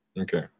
Okay